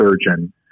surgeon